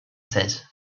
said